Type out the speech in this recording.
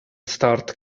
start